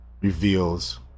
reveals